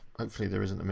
hopefully there isn't,